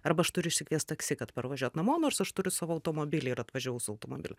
arba aš turiu išsikviest taksi kad parvažiuot namo nors aš turiu savo automobilį ir atvažiavau su automobiliu